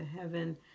heaven